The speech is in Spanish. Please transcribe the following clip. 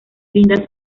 linda